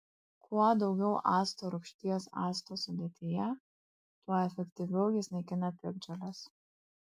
kuo daugiau acto rūgšties acto sudėtyje tuo efektyviau jis naikina piktžoles